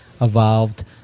evolved